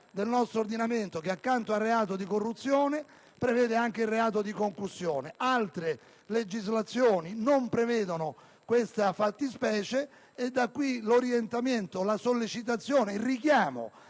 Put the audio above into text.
del nostro ordinamento, che accanto al reato di corruzione prevede anche il reato di concussione. Altre legislazioni non prevedono questa fattispecie e da qui l'orientamento, la sollecitazione, il richiamo